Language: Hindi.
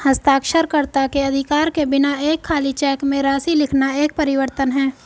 हस्ताक्षरकर्ता के अधिकार के बिना एक खाली चेक में राशि लिखना एक परिवर्तन है